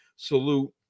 salute